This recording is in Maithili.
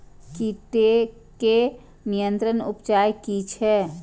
कीटके नियंत्रण उपाय कि छै?